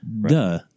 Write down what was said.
duh